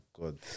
God